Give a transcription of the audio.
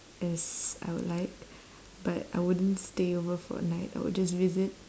as I would like but I wouldn't stay over for a night I would just visit